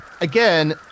Again